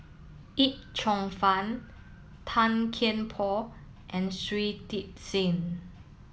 Yip Cheong Fun Tan Kian Por and Shui Tit Sing